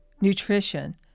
nutrition